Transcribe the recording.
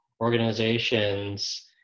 organizations